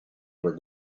were